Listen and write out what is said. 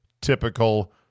typical